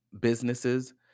businesses